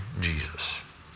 Jesus